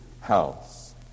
house